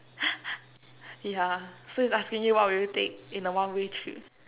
yeah so it's asking you what will you take in a one way trip